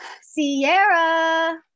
Sierra